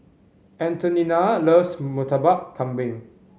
Antonina loves Murtabak Kambing